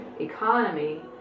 economy